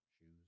Shoes